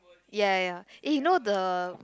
ya ya ya eh you know the